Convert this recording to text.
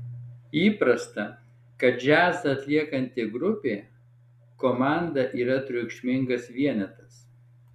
įprasta kad džiazą atliekanti grupė komanda yra triukšmingas vienetas